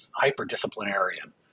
hyper-disciplinarian